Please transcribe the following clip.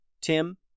Tim